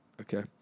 Okay